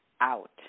out